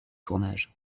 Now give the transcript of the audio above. tournage